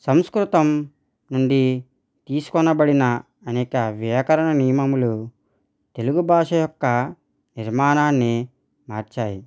సంస్కృతం నుండి తీసుకోబడిన అనేక వ్యాకరణ నియమములు తెలుగు భాష యొక్క నిర్మాణాన్ని మార్చాయి